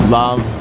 love